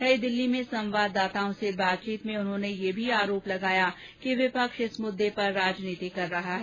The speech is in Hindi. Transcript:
नई दिल्ली में संवाददाताओं से बातचीत में उन्होंने यह भी आरोप लगाया कि विपक्ष इस मुद्दे पर राजनीति कर रहा है